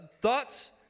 thoughts